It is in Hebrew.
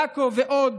עכו ועוד,